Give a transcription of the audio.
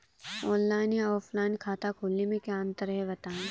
Online या offline खाता खोलने में क्या अंतर है बताएँ?